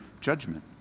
judgment